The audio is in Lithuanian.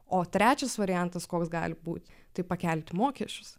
o trečias variantas koks gali būti tai pakelti mokesčius